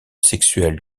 sexuel